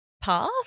path